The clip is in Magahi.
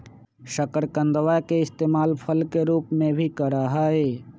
शकरकंदवा के इस्तेमाल फल के रूप में भी करा हई